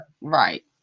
right